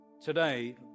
today